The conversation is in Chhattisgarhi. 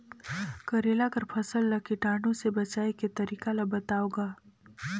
करेला कर फसल ल कीटाणु से बचाय के तरीका ला बताव ग?